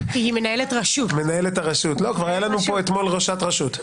מנהלת הרשות של